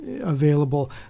available